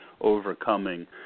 overcoming